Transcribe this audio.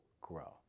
grow